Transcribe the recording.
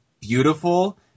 beautiful